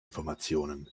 informationen